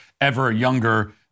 ever-younger